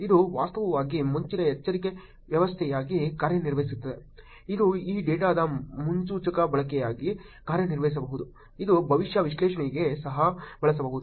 ಇದು ವಾಸ್ತವವಾಗಿ ಮುಂಚಿನ ಎಚ್ಚರಿಕೆ ವ್ಯವಸ್ಥೆಯಾಗಿ ಕಾರ್ಯನಿರ್ವಹಿಸುತ್ತದೆ ಇದು ಈ ಡೇಟಾದ ಮುನ್ಸೂಚಕ ಬಳಕೆಯಾಗಿ ಕಾರ್ಯನಿರ್ವಹಿಸಬಹುದು ಇದು ಭವಿಷ್ಯ ವಿಶ್ಲೇಷಣೆಗೆ ಸಹ ಬಳಸಬಹುದು